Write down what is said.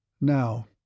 Now